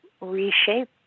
reshape